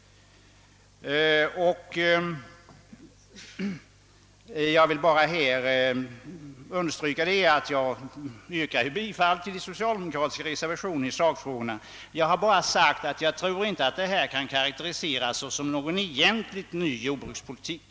Jag vill också understryka att jag yrkade bifall till de socialdemokratiska reservationerna i sakfrågorna men att jag har velat framhålla att man inte kan tala om någon i egentlig mening ny jordbrukspolitik.